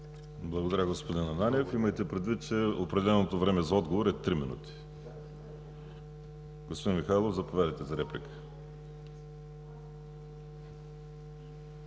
Благодаря, господин Ананиев. Имайте предвид, че определеното време за отговор е три минути. Господин Михайлов, заповядайте за реплика.